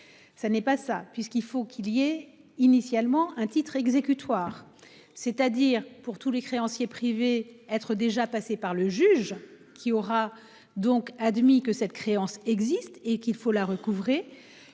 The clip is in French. Ça n'est pas ça, puisqu'il faut qu'il y ait initialement un titre exécutoire, c'est-à-dire pour tous les créanciers privés être déjà passé par le juge qui aura donc admis que cette créance existe et qu'il faut la recouvrer